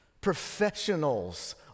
Professionals